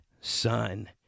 son